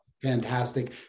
fantastic